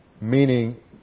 meaning